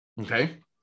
Okay